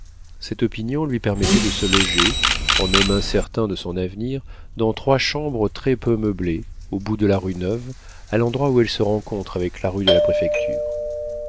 cette opinion lui permettait de se loger en homme incertain de son avenir dans trois chambres très-peu meublées au bout de la rue neuve à l'endroit où elle se rencontre avec la rue de la préfecture